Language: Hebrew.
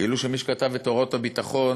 כאילו שמי שכתב את הוראות הביטחון,